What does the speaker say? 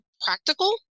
practical